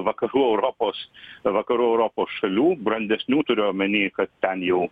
vakarų europos vakarų europos šalių brandesnių turiu omeny kad ten jau